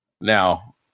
Now